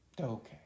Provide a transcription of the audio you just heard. Okay